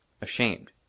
ashamed